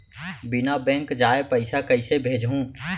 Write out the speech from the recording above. बिना बैंक जाए पइसा कइसे भेजहूँ?